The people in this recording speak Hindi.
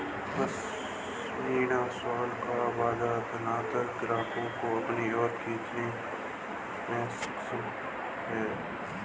पशमीना शॉल का बाजार धनाढ्य ग्राहकों को अपनी ओर खींचने में सक्षम है